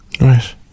Right